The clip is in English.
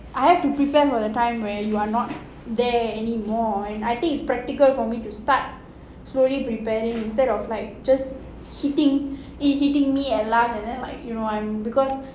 I have to prepare for the time where you are not there anymore and I think it's practical for me to start slowly preparing instead of like just hitting it hitting me at last and then I'm like because